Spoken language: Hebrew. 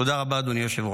תודה רבה, אדוני היושב-ראש.